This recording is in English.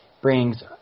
brings